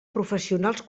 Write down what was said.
professionals